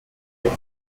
sind